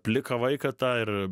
pliką vaiką tą ir